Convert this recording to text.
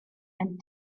and